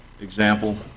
example